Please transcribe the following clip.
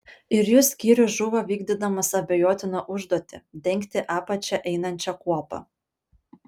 ir jų skyrius žuvo vykdydamas abejotiną užduotį dengti apačia einančią kuopą